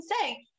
say